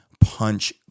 punch